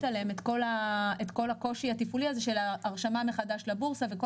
עליהם את כל הקושי התפעולי הזה של ההרשמה מחדש לבורסה וכל